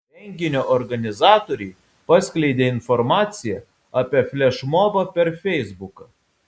renginio organizatoriai paskleidė informaciją apie flešmobą per feisbuką